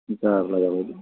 दिगदारद्राय जाबायलै